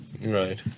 Right